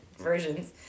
versions